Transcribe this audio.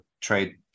trade